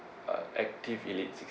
uh active elite